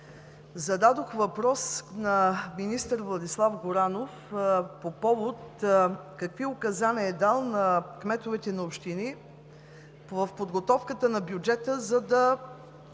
Зададох въпрос на министър Владислав Горанов какви указания е дал на кметовете на общини в подготовката на бюджета, за да